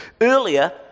Earlier